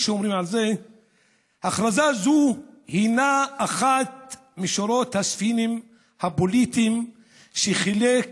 הכרזה זו היא משורת הספינים הפוליטיים שחילק